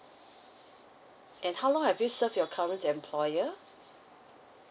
and how long have you served your current employer